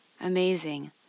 Amazing